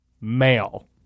male